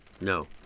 No